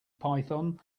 python